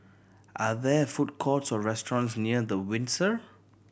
are there food courts or restaurants near The Windsor